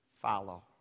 Follow